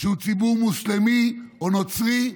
שהוא ציבור מוסלמי או נוצרי,